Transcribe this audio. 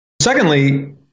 Secondly